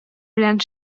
белән